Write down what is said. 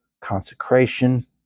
consecration